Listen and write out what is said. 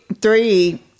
three